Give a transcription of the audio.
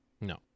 No